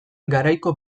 garaiko